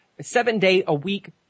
seven-day-a-week